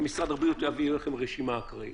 שמשרד הבריאות יעביר אליכם רשימה אקראית?